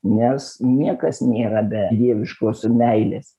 nes niekas nėra be dieviškos meilės